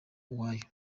uwoya